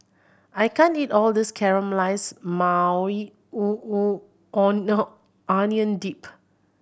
I can't eat all this Caramelized Maui Onion Dip